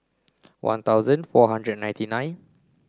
one thousand four hundred and ninety nine